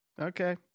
Okay